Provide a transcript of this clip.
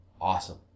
awesome